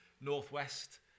Northwest